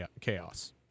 chaos